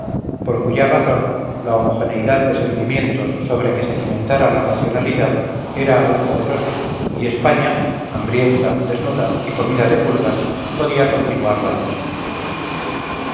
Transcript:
por cuya razón la homogeneidad de sentimientos sobre que se cimentara la nacionalidad era aún poderosa y españa hambrienta desnuda y comida de pulgas podía continuar la lucha